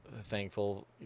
thankful